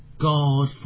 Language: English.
God